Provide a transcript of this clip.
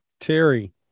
Terry